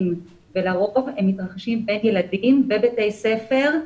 ולרוב הם מתרחשים בין ילדים בבתי הספר.